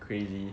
crazy